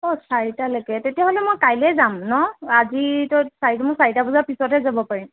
অঁ চাৰিটা লৈকে তেতিয়াহ'লে মই কাইলৈ যাম ন আজিতো চাৰি মই চাৰিটা বজাৰ পিছত হে যাব পাৰিম